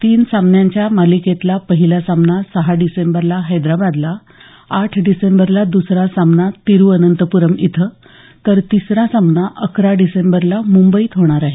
तीन सामन्यांच्या मालिकेतला पहिला सामना सहा डिसेंबरला हैदराबादला आठ डिसेंबरला दुसरा सामना तिरुवनंतपुरम इथं तर तिसरा सामना अकरा डिसेंबरला मुंबईत होणार आहे